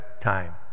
time